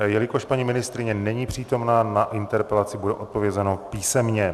Jelikož paní ministryně není přítomná, na interpelaci bude odpovězeno písemně.